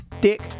Dick